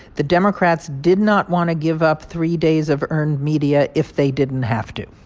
the democrats did not want to give up three days of earned media if they didn't have to.